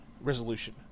resolution